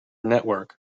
network